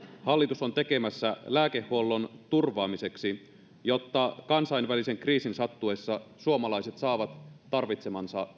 hallitus on tekemässä lääkehuollon turvaamiseksi jotta kansainvälisen kriisin sattuessa suomalaiset saavat tarvitsemansa